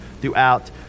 throughout